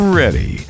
ready